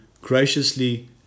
graciously